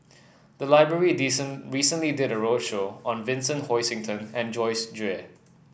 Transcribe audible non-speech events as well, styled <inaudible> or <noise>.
the library <unintelligible> recently did a roadshow on Vincent Hoisington and Joyce Jue